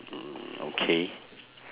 okay